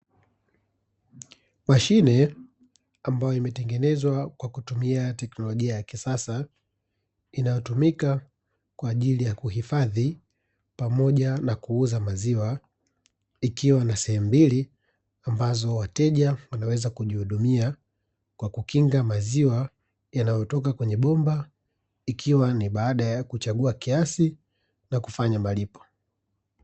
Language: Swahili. Mashine ambayo imetengenezwa kwa kutumia teknolojia ya kisasa. Inayotumika kwa ajili ya kuhifadhi pamoja na kuuza maziwa, ikiwa na sehemu mbili ambazo wateja wanaweza kujihudumia kwa kukinga maziwa yanayotoka kwenye bomba. Ikiwa ni baada ya kuchagua kiasi na kufanya malipo.